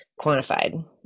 quantified